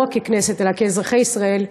לא רק ככנסת אלא כאזרחי ישראל,